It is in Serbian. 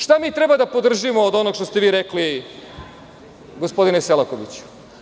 Šta mi treba da podržimo od onog što ste vi rekli, gospodine Selakoviću?